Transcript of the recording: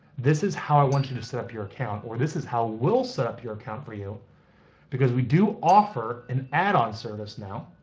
this is how i want you to set up your account or this is how we'll set up your account for you because we do offer an add-on service now,